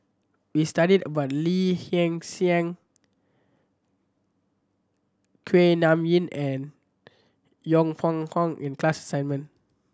we studied about Lee Hsien Kuak Nam Yin and Yong Pung How in class assignment